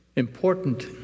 important